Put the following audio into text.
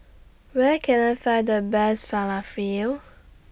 Where Can I Find The Best Falafel